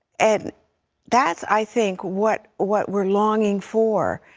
and that's, i think, what what we're longing for.